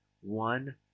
one